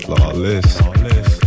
Lawless